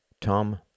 Tom